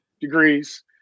degrees